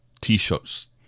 T-shirts